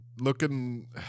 looking